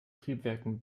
triebwerken